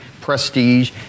prestige